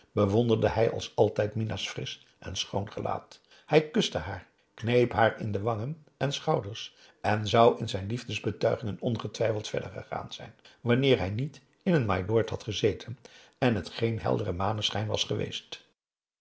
bewonderde hij als altijd mina's frisch en schoon gelaat hij kuste haar kneep p a daum hoe hij raad van indië werd onder ps maurits haar in wangen en schouders en zou in zijn liefdesbetuigingen ongetwijfeld verder gegaan zijn wanneer hij niet in een mylord had gezeten en het geen heldere maneschijn was geweest